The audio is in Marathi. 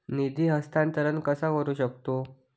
निधी हस्तांतर कसा करू शकतू?